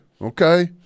Okay